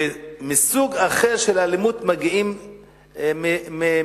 לסוג אחר של אלימות מגיעים מהעוני.